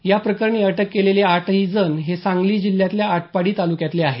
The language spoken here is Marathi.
या प्रकरणी अटक केलेले आठही जण हे सांगली जिल्ह्यातल्या आटपाडी तालुक्यातले आहेत